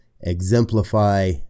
exemplify